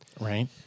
Right